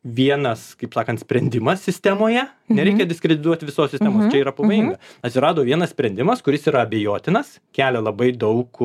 vienas kaip sakant sprendimas sistemoje nereikia diskredituoti visos sistemos čia yra pavojinga atsirado vienas sprendimas kuris yra abejotinas kelia labai daug